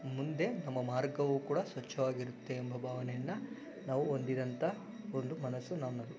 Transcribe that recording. ಮುಂದೆ ನಮ್ಮ ಮಾರ್ಗವು ಕೂಡ ಸ್ವಚ್ಛವಾಗಿರುತ್ತೆ ಎಂಬ ಭಾವನೆಯನ್ನು ನಾವು ಹೊಂದಿದ್ದಂಥ ಒಂದು ಮನಸ್ಸು ನನ್ನದು